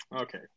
Okay